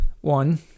one